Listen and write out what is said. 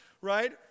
right